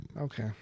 Okay